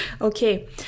Okay